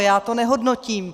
Já to nehodnotím.